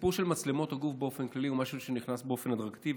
הסיפור של מצלמות הגוף באופן כללי הוא משהו שנכנס באופן הדרגתי,